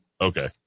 Okay